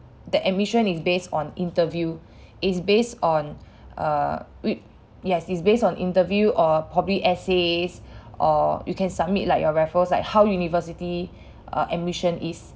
the admission is based on interview is based on err we yes is based on interview or probably essays or you can submit like your referrals like how university uh admission is